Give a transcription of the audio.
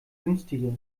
günstiger